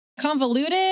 convoluted